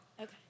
Okay